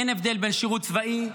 אין הבדל בין שירות צבאי,